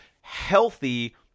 healthy